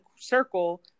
circle